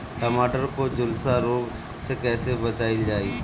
टमाटर को जुलसा रोग से कैसे बचाइल जाइ?